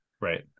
right